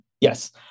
Yes